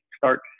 start